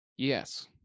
Yes